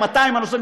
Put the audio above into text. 200 הנוספים,